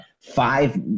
five